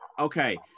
okay